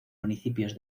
municipios